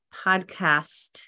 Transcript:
podcast